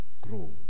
grow